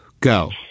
go